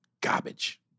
garbage